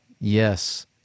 yes